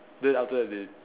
then after that they